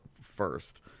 first